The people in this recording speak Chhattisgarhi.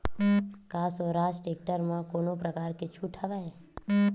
का स्वराज टेक्टर म कोनो प्रकार के छूट हवय?